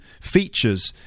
features